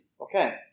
Okay